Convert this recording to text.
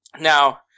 Now